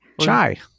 Chai